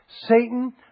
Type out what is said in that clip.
Satan